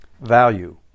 value